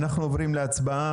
אנחנו עוברים להצבעה.